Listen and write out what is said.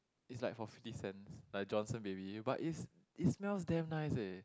is like for fifty cents like Johnson Baby but is it smells damn nice eh